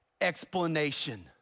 explanation